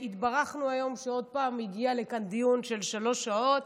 התברכנו היום שעוד פעם הגיע לכאן דיון של שלוש שעות,